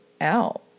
out